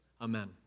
Amen